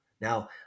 Now